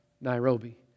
Nairobi